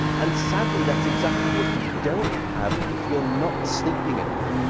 and sadly, that's exactly what you don't have if you're not sleeping enough.